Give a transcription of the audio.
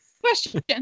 question